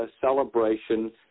celebration